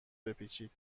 بپیچید